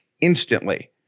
instantly